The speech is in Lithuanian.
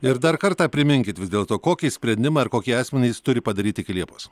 ir dar kartą priminkit vis dėlto kokį sprendimą ar kokie asmenys turi padaryt iki liepos